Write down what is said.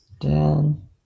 down